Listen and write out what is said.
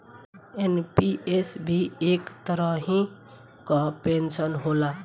NPS भी एक तरही कअ पेंशन होला